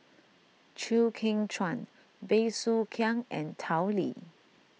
Chew Kheng Chuan Bey Soo Khiang and Tao Li